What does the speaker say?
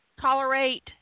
Tolerate